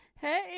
Hey